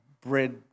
bread